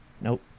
Nope